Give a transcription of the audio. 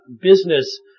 business